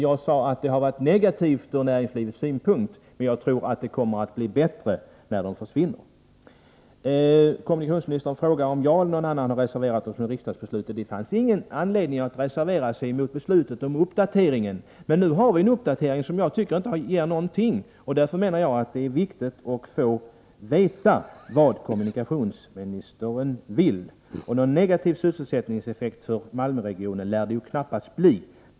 Jag sade att de har varit negativa från näringslivets synpunkt, men jag tror att det kommer att bli bättre när de försvinner. Kommunikationsministern frågade om jag eller någon annan reserverat sig mot riksdagsbeslutet. Det fanns ingen anledning att reservera sig mot beslutet om uppdatering. Men nu har vi en uppdatering som, tycker jag, inte ger någonting. Därför menar jag att det är viktigt att få veta vad kommunikationsministern vill. Någon negativ sysselsättningseffekt för Malmöregionen lär det knappast bli.